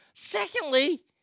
Secondly